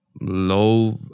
low